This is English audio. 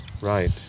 Right